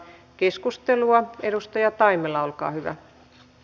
keskustelua edustaja taimela olkaa hyvä